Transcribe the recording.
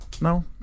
no